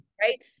Right